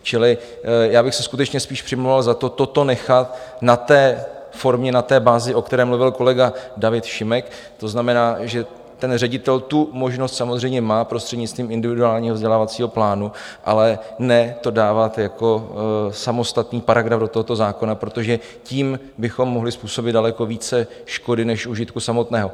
Čili já bych se skutečně spíš přimlouval za to, to nechat na formě, na bázi, o které mluvil kolega David Šimek, to znamená, že ředitel tu možnost samozřejmě má prostřednictvím individuálního vzdělávacího plánu, ale ne to dávat jako samostatný paragraf do tohoto zákona, protože tím bychom mohli způsobit daleko více škody než užitku samotného.